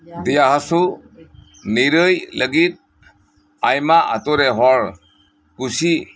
ᱫᱮᱭᱟ ᱦᱟᱥᱳ ᱱᱤᱨᱟᱹᱭ ᱞᱟᱜᱤᱫ ᱟᱭᱢᱟ ᱟᱛᱳᱨᱮ ᱦᱚᱲ ᱠᱩᱥᱤᱜ